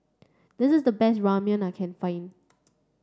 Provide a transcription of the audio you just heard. this is the best Ramyeon I can find